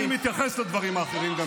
אני מתייחס גם לדברים האחרים.